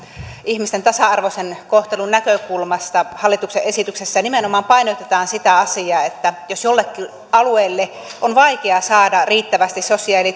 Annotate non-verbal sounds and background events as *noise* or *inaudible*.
ihmisten tasa arvoisen kohtelun näkökulmasta hallituksen esityksessä nimenomaan painotetaan sitä asiaa että jos jollekin alueelle on vaikea saada riittävästi sosiaali *unintelligible*